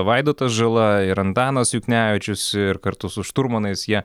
vaidotas žala ir antanas juknevičius ir kartu su šturmanais jie